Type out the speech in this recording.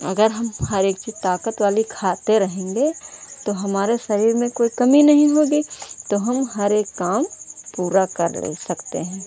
अगर हम हर एक चीज़ ताकत वाली खाते रहेंगे तो हमारे शरीर में कोई कमी नहीं होगी तो हम हर एक काम पूरा कर ले सकते हैं